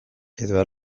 edo